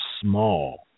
small